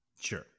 Sure